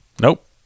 Nope